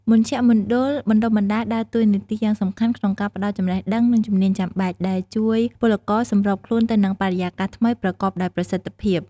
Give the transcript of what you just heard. មជ្ឈមណ្ឌលបណ្តុះបណ្តាលដើរតួនាទីយ៉ាងសំខាន់ក្នុងការផ្តល់ចំណេះដឹង និងជំនាញចាំបាច់ ដែលជួយពលករសម្របខ្លួនទៅនឹងបរិយាកាសថ្មីប្រកបដោយប្រសិទ្ធភាព។